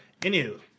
anywho